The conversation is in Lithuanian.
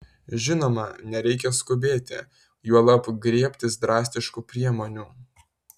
žinoma nereikia skubėti juolab griebtis drastiškų priemonių